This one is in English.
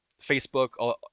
Facebook